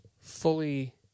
fully